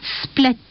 split